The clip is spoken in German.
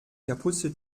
kapuze